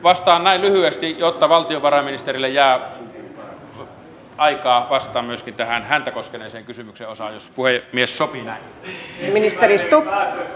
vastaan näin lyhyesti jotta valtiovarainministerille jää myöskin aikaa vastata tähän häntä koskeneeseen kysymyksen osaan jos puhemies sopii näin